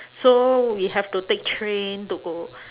so we have to take train to go